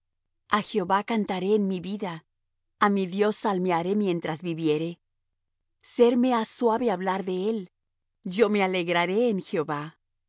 a jehová cantaré en mi vida a mi dios salmearé mientras viviere serme ha suave hablar de él yo me alegraré en jehová